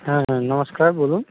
হ্যাঁ নমস্কার বলুন